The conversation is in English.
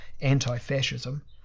anti-fascism